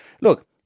Look